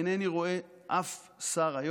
אינני רואה אף שר היום,